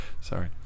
sorry